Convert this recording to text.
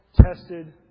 tested